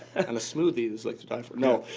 and the smoothie is like to die for. no,